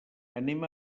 anem